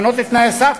לשנות את תנאי הסף.